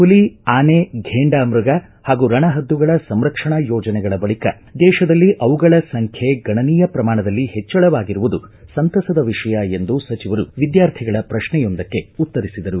ಮಲಿ ಆನೆ ಫೇಂಡಾಮ್ಯಗ ಹಾಗೂ ರಣಪದ್ಧುಗಳ ಸಂರಕ್ಷಣಾ ಯೋಜನೆಗಳ ಬಳಿಕ ದೇಶದಲ್ಲಿ ಅವುಗಳ ಸಂಖ್ಯೆ ಗಣನೀಯ ಪ್ರಮಾಣದಲ್ಲಿ ಹೆಚ್ಚಳವಾಗಿರುವುದು ಸಂತಸದ ವಿಷಯ ಎಂದು ಸಚಿವರು ವಿದ್ಯಾರ್ಥಿಗಳ ಪ್ರಶ್ನೆಯೊಂದಕ್ಕೆ ಉತ್ತರಿಸಿದರು